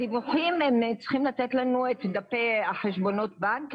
בדיווחים צריכים לתת את דפי חשבונות הבנק,